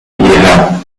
hierher